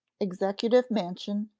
executive mansion,